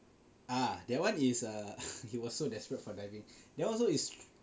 ah that one is err he was so desperate for diving that one also is